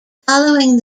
following